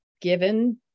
given